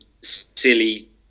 silly